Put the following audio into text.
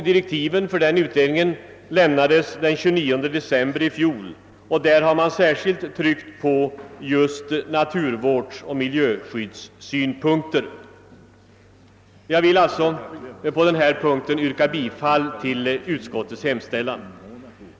Direktiven för den utredningen utfärdades den 29 december i fjol, och där har man särskilt tryckt just på naturvårdsoch miljöskyddssynpunkter. Jag vill alltså på denna punkt yrka bifall till utskottets hemställan.